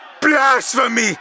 Blasphemy